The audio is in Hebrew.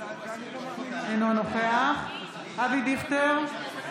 אינו נוכח אבי דיכטר,